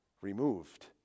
removed